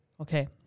Okay